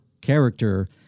character